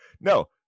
No